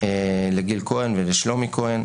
לגיל כהן ולשלומי כהן.